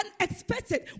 unexpected